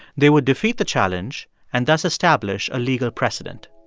they would defeat the challenge and thus establish a legal precedent.